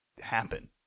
happen